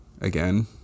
again